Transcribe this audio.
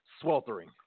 sweltering